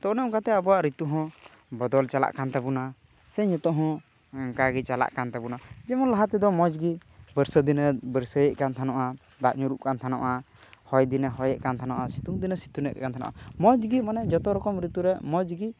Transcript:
ᱛᱚ ᱚᱱᱮ ᱚᱱᱠᱟᱛᱮ ᱟᱵᱚᱣᱟᱜ ᱨᱤᱛᱩ ᱦᱚᱸ ᱵᱚᱫᱚᱞ ᱪᱟᱞᱟᱜ ᱠᱟᱱ ᱛᱟᱵᱚᱱᱟ ᱥᱮ ᱱᱤᱛᱚᱜ ᱦᱚᱸ ᱚᱱᱠᱟ ᱜᱮ ᱪᱟᱞᱟᱜ ᱠᱟᱱ ᱛᱟᱵᱚᱱᱟ ᱡᱮᱢᱚᱱ ᱞᱟᱦᱟ ᱛᱮᱫᱚ ᱢᱚᱡᱽ ᱜᱮ ᱵᱟᱹᱨᱥᱟᱹ ᱫᱤᱱᱮ ᱵᱟᱨᱥᱟᱹᱭᱮᱫ ᱠᱟᱱ ᱛᱟᱦᱮᱱᱚᱜᱼᱟ ᱫᱟᱜ ᱧᱩᱨᱩᱜ ᱠᱟᱱ ᱛᱟᱦᱮᱱᱚᱜᱼᱟ ᱦᱚᱭ ᱫᱤᱱᱮ ᱦᱚᱭᱮᱫ ᱠᱟᱱ ᱛᱟᱦᱮᱱᱚᱜᱼᱟ ᱥᱤᱛᱩᱝ ᱫᱤᱱ ᱥᱤᱛᱩᱝ ᱮᱫ ᱠᱟᱱ ᱛᱟᱦᱮᱱᱚᱜᱼᱟ ᱢᱚᱡᱽ ᱜᱮ ᱢᱟᱱᱮ ᱡᱚᱛᱚ ᱨᱚᱠᱚᱢ ᱨᱤᱛᱩ ᱨᱮ ᱢᱚᱡᱽ ᱜᱮ